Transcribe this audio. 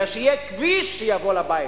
אלא שיהיה כביש שיבוא לבית,